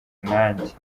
nanjye